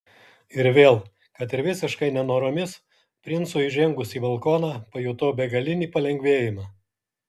ir vėl kad ir visiškai nenoromis princui įžengus į balkoną pajutau begalinį palengvėjimą